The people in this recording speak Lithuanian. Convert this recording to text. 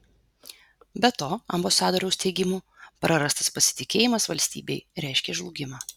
be to ambasadoriaus teigimu prarastas pasitikėjimas valstybei reiškia žlugimą